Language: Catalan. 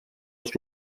els